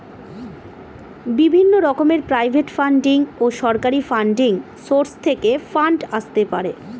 বিভিন্ন রকমের private funding ও সরকারি ফান্ডিং সোর্স থেকে ফান্ড আসতে পারে